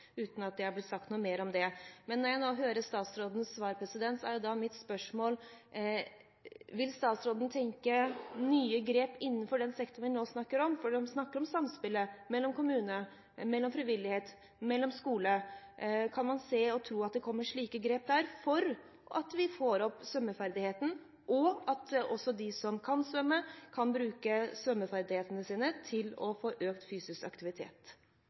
uten at det er blitt sagt noe mer om det. Når jeg nå hører statsrådens svar, er mitt spørsmål: Vil statsråden tenke på nye grep innenfor den sektoren vi nå snakker om? Man snakker om samspillet mellom kommune, frivillighet og skole. Kan man se – og tro – at det kommer slike grep der, slik at vi får opp svømmeferdigheten, og slik at også de som kan svømme, kan bruke svømmeferdighetene sine til å få økt fysisk aktivitet?